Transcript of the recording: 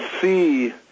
see